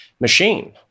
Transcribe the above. machine